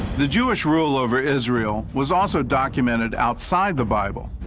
the jewish rule over israel was also documented outside the bible,